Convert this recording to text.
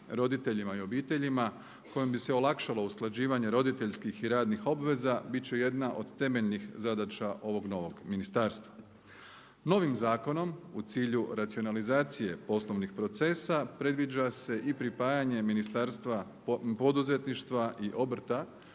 roditeljima i obiteljima kojima bi se olakšalo usklađivanje roditeljskih i radnih obveza bit će jedna od temeljnih zadaća ovog novog ministarstva. Novim zakonom u cilju racionalizacije poslovnih procesa predviđa se i pripajanje Ministarstva poduzetništva i obrata,